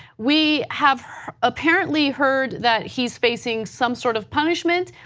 we have apparently heard that he's facing some sort of punishment,